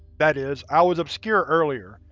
that is, i was obscure earlier,